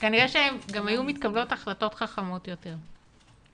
שכנראה גם היו מתקבלות החלטות חכמות יותר.